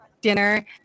dinner